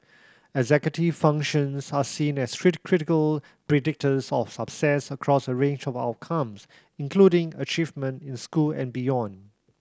executive functions are seen as critical predictors of success across a range of outcomes including achievement in school and beyond